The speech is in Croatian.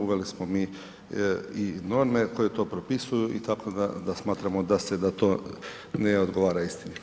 Uveli smo mi i norme koje to propisuju i tako da smatramo da to ne odgovara istini.